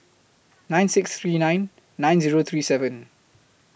nine six three nine nine Zero three seven